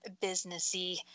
businessy